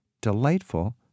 delightful